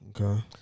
Okay